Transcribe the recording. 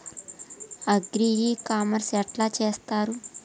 Agri e commerce ఎట్ల చేస్తరు?